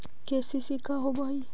KCC का होव हइ?